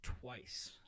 twice